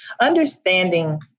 Understanding